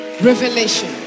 Revelation